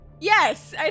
Yes